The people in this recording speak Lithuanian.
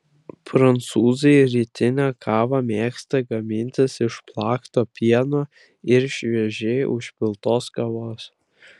prancūzai rytinę kavą mėgsta gamintis iš plakto pieno ir šviežiai užpiltos kavos